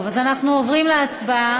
אתה רוצה להשיב?